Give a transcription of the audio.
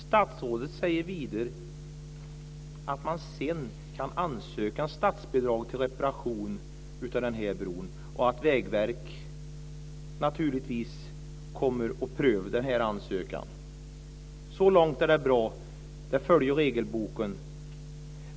Statsrådet säger vidare att man sedan kan ansöka om statsbidrag till reparation av bron och att Vägverket naturligtvis kommer att pröva ansökan. Så långt är det bra, det följer regelboken.